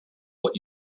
what